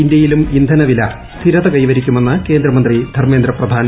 ഇന്ത്യയിലും ഇന്ധന വില സ്ഥിരത കൈവരിക്കുമെന്ന് കേന്ദ്രമന്ത്രി ധർമ്മേന്ദ്ര പ്രധാൻ